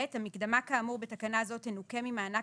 המקדמה כאמור בתקנה זו תנוכה ממענק